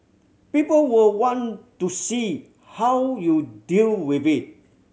people will want to see how you deal with it